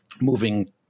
moving